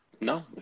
No